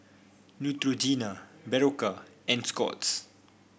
Neutrogena Berocca and Scott's